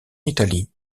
italie